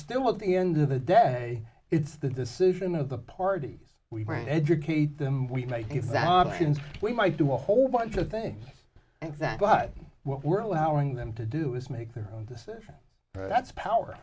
still the end of the day it's the decision of the parties we educate them we may we might do a whole bunch of things and that but what we're allowing them to do is make their decision that's power